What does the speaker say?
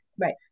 Right